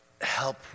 help